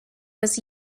was